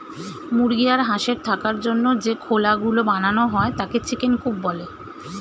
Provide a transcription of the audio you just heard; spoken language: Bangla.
মুরগি আর হাঁসের থাকার জন্য যে খোলা গুলো বানানো হয় তাকে চিকেন কূপ বলে